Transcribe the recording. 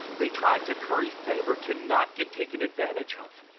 they try to curry favor to not get taken advantage of.